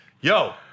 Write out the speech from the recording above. yo